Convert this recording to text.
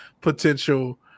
potential